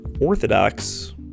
orthodox